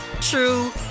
true